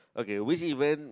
okay which event